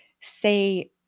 say